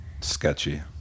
Sketchy